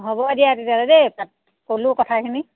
হ'ব দিয়া তেতিয়াহ'লে দেই তাত ক'লোঁ কথাখিনি